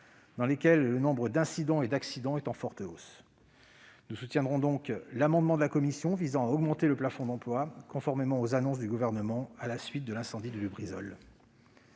dans lesquelles le nombre d'incidents et d'accidents est en forte hausse. Nous soutiendrons donc l'amendement de la commission visant à augmenter le plafond d'emplois, conformément aux annonces du Gouvernement à la suite de l'incendie de Lubrizol.